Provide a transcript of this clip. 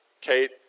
Kate